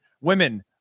women